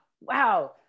wow